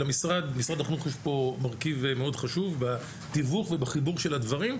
למשרד החינוך יש פה מרכיב מאד חשוב בתיווך ובחיבור של הדברים,